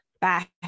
back